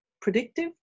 predictive